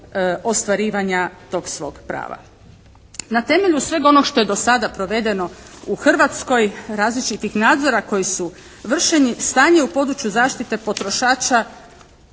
Na temelju svega onoga što je do sada provedeno u Hrvatskoj, različitih nadzora koji su vršeni stanje u području zaštite potrošača